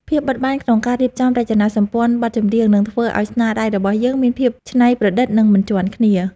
ភាពបត់បែនក្នុងការរៀបចំរចនាសម្ព័ន្ធបទចម្រៀងនឹងធ្វើឱ្យស្នាដៃរបស់យើងមានភាពច្នៃប្រឌិត និង មិនជាន់គេ។